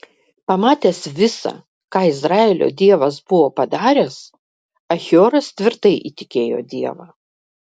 pamatęs visa ką izraelio dievas buvo padaręs achioras tvirtai įtikėjo dievą